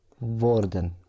worden